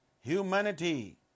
humanity